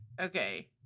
Okay